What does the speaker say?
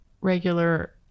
regular